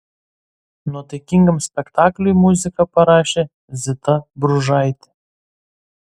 nuotaikingam spektakliui muziką parašė zita bružaitė